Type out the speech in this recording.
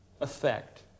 effect